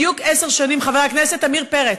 בדיוק עשר שנים, חבר הכנסת עמיר פרץ.